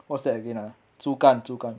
what's that again ah 猪肝猪肝